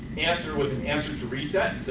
answer with an answer to reset.